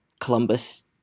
Columbus